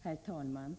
Herr talman!